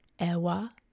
ewa